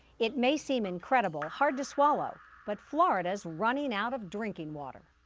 it may seem incredible hard to swallow but florida's running out of drinking water.